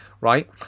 right